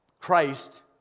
Christ